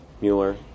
Mueller